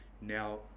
Now